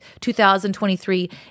2023